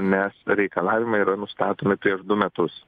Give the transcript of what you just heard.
nes reikalavimai yra nustatomi prieš du metus